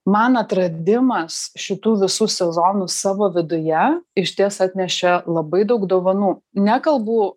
man atradimas šitų visų sezonų savo viduje išties atnešė labai daug dovanų nekalbu